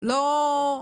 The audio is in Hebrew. לא,